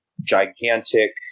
gigantic